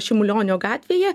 šimulionio gatvėje